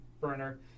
burner